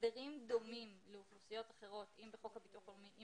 שהסדרים דומים לאוכלוסיות אחרות אם בחוק הביטוח הלאומי,